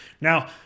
Now